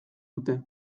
dute